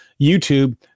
YouTube